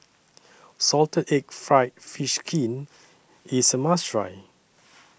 Salted Egg Fried Fish Skin IS A must Try